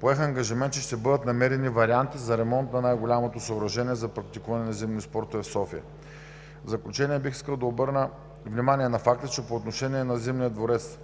поех ангажимент, че ще бъдат намерени варианти за ремонт на най-голямото съоръжение за практикуване на зимни спортове в София. В заключение бих искал да обърна внимание на факта, че по отношение на Зимния дворец